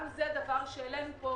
גם זה דבר שהעלינו פה,